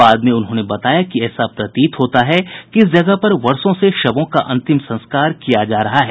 बाद में उन्होंने बताया कि ऐसा प्रतीत होता है कि इस जगह पर वर्षों से शवों का अंतिम संस्कार किया जा रहा है